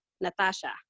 Natasha